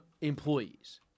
employees